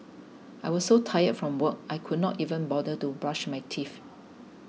I was so tired from work I could not even bother to brush my teeth